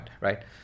right